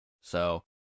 So-